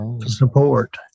support